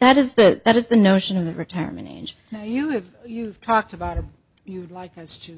that is that that is the notion of the retirement age that you have you talked about if you like tha